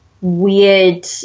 weird